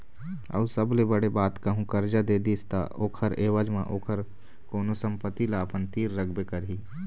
अऊ सबले बड़े बात कहूँ करजा दे दिस ता ओखर ऐवज म ओखर कोनो संपत्ति ल अपन तीर रखबे करही